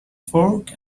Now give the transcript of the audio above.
fork